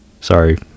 Sorry